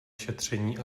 šetření